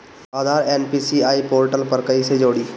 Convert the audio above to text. आधार NPCI portal पर कईसे जोड़ी?